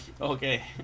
Okay